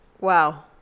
wow